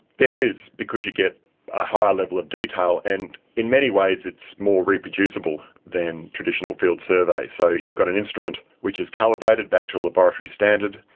there is, because you get a higher level of detail. and in many ways it's more reproducible than traditional field surveys, so you've got an instrument which is calibrated back to a laboratory standard,